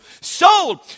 sold